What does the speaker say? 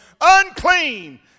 unclean